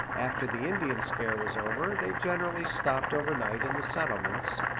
after the indian scare was over, they generally stopped over night in the settlements,